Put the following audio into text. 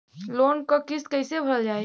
Loan क किस्त कैसे भरल जाए?